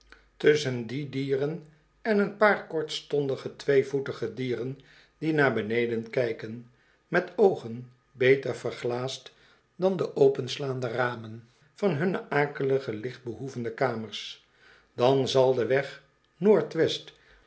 tusschen kamers die dieren en een paar kortstondige tweevoetige dieren die naar beneden kijken met oogen beter verglaasd dan de openslaande ramen van hunne akelige lichtbehoevende kamers dan zal de weg noord-west